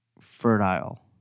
fertile